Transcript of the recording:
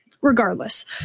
regardless